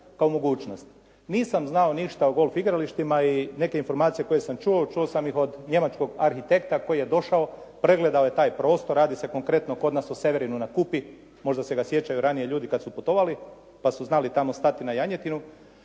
kao mogućnost. Nisam znao ništa o golf igralištima i neke informacije koje sam čuo, čuo sam ih od njemačkog arhitekta koji je došao, pregledao je taj prostor, radi se konkretno kod nas u Severinu na Kupi, možda se ga sjećaju ranije ljudi kad su putovali, pa su znali tamo stati na janjetinu